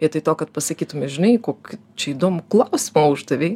vietoj to kad pasakytume žinai kokį čia įdomų klausimą uždavei